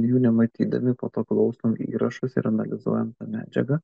jų nematydami po to klausom įrašus ir analizuojam medžiagą